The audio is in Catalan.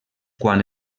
quan